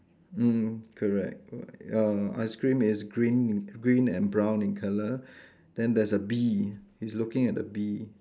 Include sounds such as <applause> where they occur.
mm correct <noise> your ice cream is green in green and brown in colour then there's a bee he's looking at the bee